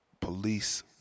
police